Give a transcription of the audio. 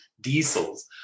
diesels